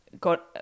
got